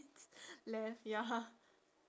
~s left ya